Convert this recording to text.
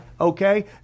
Okay